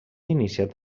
iniciat